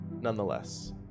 nonetheless